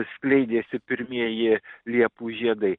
skleidėsi pirmieji liepų žiedai